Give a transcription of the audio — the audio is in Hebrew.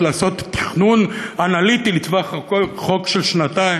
לעשות תכנון אנליטי לטווח רחוק של שנתיים?